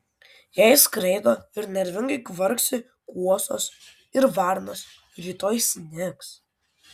jei skraido ir nervingai kvarksi kuosos ir varnos rytoj snigs